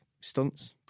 stunts